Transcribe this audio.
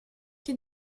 che